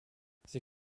sie